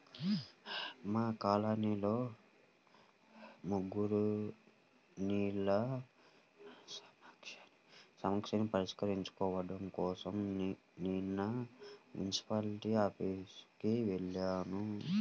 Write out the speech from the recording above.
మా కాలనీలో మురుగునీళ్ళ సమస్యని పరిష్కరించుకోడం కోసరం నిన్న మున్సిపాల్టీ ఆఫీసుకి వెళ్లాను